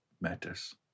matters